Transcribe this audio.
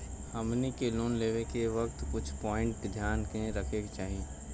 हमनी के लोन लेवे के वक्त कुछ प्वाइंट ध्यान में रखे के चाही